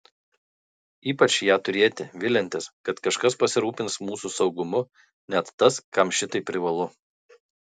ypač ją turėti viliantis kad kažkas pasirūpins mūsų saugumu net tas kam šitai privalu